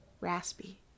raspy